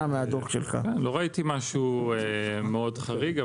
משהו מאוד חריג.